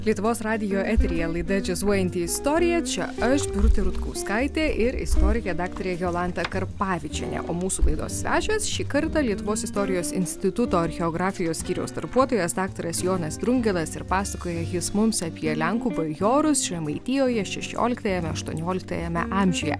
lietuvos radijo eteryje laida džiazuojanti istorija čia aš birutė rutkauskaitė ir istorikė daktarė jolanta karpavičienė o mūsų laidos svečias šį kartą lietuvos istorijos instituto archeografijos skyriaus darbuotojas daktaras jonas drungilas ir pasakoja jis mums apie lenkų bajorus žemaitijoje šešioliktajame aštuonioliktajame amžiuje